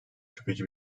şüpheci